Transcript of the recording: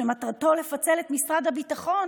ומטרתו לפצל את משרד הביטחון